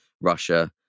Russia